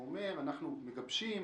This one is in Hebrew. הוא אומר: גיבשנו,